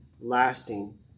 lasting